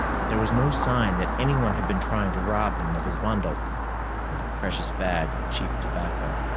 but there was no sign that anyone had been trying to rob him of his bindle or the precious bag of cheap tobacco.